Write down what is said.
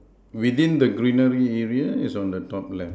within the greenery area is on the top left